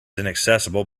inaccessible